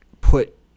put